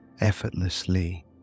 effortlessly